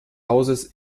hauses